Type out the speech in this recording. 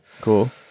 Cool